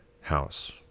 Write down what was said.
house